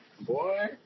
Boy